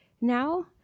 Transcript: now